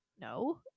no